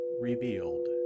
revealed